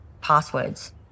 passwords